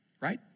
right